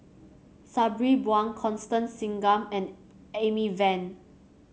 Sabri Buang Constance Singam and Amy Van